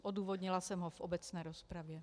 Odůvodnila jsem ho v obecné rozpravě.